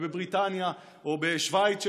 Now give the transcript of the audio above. בבריטניה או בשווייץ,